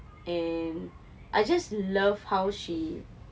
and I just love how she